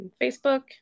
Facebook